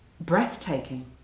breathtaking